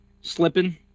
slipping